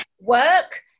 work –